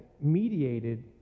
mediated